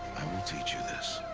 i will teach you this.